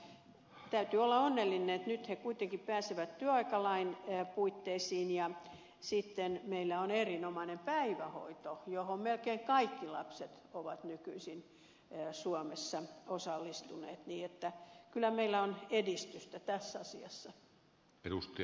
mutta täytyy olla onnellinen että nyt he kuitenkin pääsevät työaikalain puitteisiin ja meillä on erinomainen päivähoito johon melkein kaikki lapset ovat nykyisin suomessa osallistuneet niin että kyllä meillä on edistystä tässä asiassa